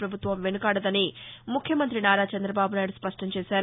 ప్రభుత్వం వెనకాదదని ముఖ్యమంతి నారా చంద్రబాబు నాయుడు స్పష్టం చేశారు